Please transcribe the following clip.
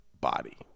Body